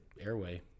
Airway